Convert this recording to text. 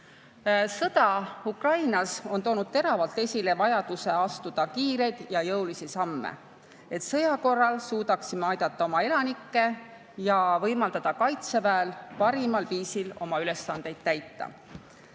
Sõda Ukrainas on toonud teravalt esile vajaduse astuda kiireid ja jõulisi samme, et sõja korral suudaksime aidata oma elanikke ja võimaldada kaitseväel parimal viisil oma ülesandeid täita.